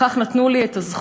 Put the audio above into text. בכך נתנו לי את הזכות